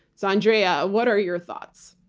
so, andrea, what are your thoughts?